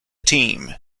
team